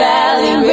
Valley